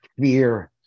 fear